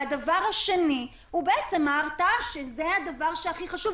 והדבר השני הוא ההרתעה, שזה הדבר הכי חשוב.